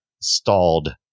stalled